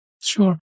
Sure